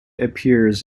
appears